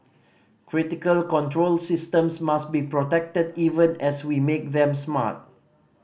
critical control systems must be protected even as we make them smart